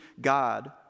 God